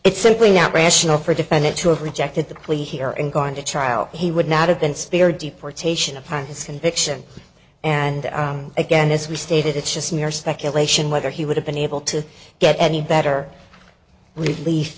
it's simply not rational for defendant to have rejected the plea here and gone to trial he would not have been spared deportation upon his conviction and again as we stated it's just mere speculation whether he would have been able to get any better relief